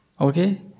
okay